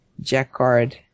Jacquard